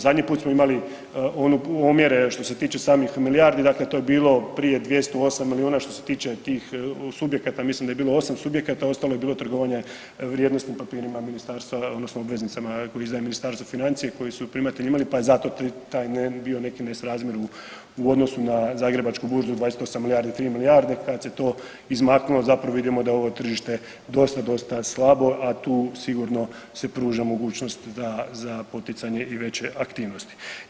Zadnji put smo imali omjere što se tiče samih milijardi, dakle to je bilo prije 208 milijuna što se tiče tih subjekata mislim da je bilo 8 subjekata ostalo je bilo trgovanje vrijednosnim papirima ministarstva odnosno obveznicama koje izdaje Ministarstvo financija koji su primatelji imali, pa je zato taj bio neki nesrazmjer u odnosu na Zagrebačku burzu 28 milijardi, 3 milijarde, kad se to izmaknulo zapravo vidimo da je ovo tržište dosta, dosta slabo, a tu sigurno se pruža mogućnost za poticanje i veće aktivnosti.